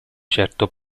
certo